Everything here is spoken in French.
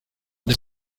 des